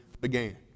began